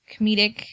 comedic